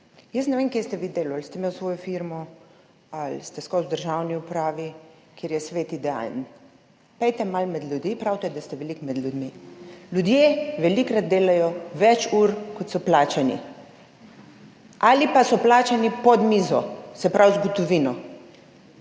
Jaz ne vem, kje ste vi delali, ali ste imeli svojo firmo ali ste ves čas v državni upravi, kjer je svet idealen. Pojdite malo med ljudi, pravite, da ste veliko med ljudmi. Ljudje velikokrat delajo več ur, kot so plačani, ali pa so plačani pod mizo, se pravi z gotovino.